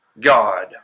God